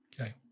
Okay